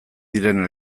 diren